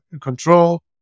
control